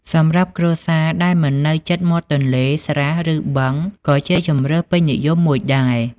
សម្រាប់គ្រួសារដែលមិននៅជិតមាត់ទន្លេ ស្រះ ឬ បឹងក៏ជាជម្រើសពេញនិយមមួយដែរ។